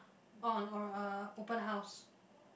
orh or or a open house